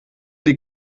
die